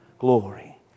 glory